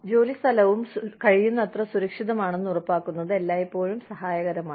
ജോലിസ്ഥലവും കഴിയുന്നത്ര സുരക്ഷിതമാണെന്ന് ഉറപ്പാക്കുന്നത് എല്ലായ്പ്പോഴും സഹായകരമാണ്